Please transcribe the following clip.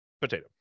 Potato